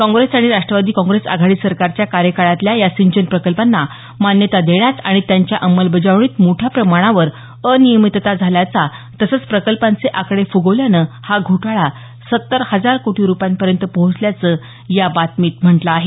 काँग्रेस आणि राष्टवादी काँग्रेस आघाडी सरकारच्या कार्यकाळातल्या या सिंचन प्रकल्पांना मान्यता देण्यात आणि त्यांच्या अंमलबजावणीत मोठ्या प्रमाणावर अनियमितता झाल्याचा तसंच प्रकल्पांचे आकडे फुगवल्यानं हा घोटाळा सत्तर हजार कोटीरुपयांपर्यंत पोहोचल्याचं या बातमीत म्हटलं आहे